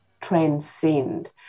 transcend